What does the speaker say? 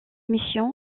mission